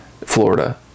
Florida